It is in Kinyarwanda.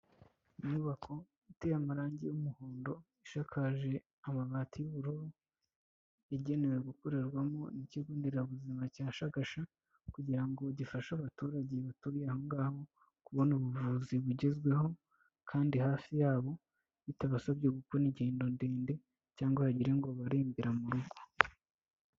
Inyubako iteye amarangi y'umuhondo, ishakaje amabati y'ubururu, igenewe gukorerwamo n'ikigonderabuzima cya Shagasha kugira ngo gifashe abaturage baturiye aho ngaho kubona ubuvuzi bugezweho kandi hafi yabo bitabasabye gukora ingendo ndende, cyangwa hagire ngo abarembera mu rugo.